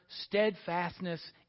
steadfastness